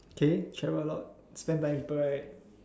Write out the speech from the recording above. okay travel a lot spend time with people right